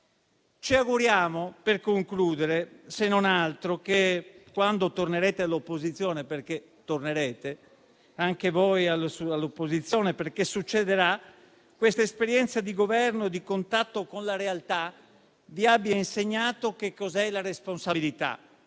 Ci auguriamo, per concludere, se non altro che quando tornerete all'opposizione (perché tornerete anche voi all'opposizione, succederà) questa esperienza di Governo e di contatto con la realtà vi avrà insegnato cos'è la responsabilità